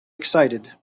excited